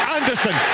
Anderson